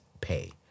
pay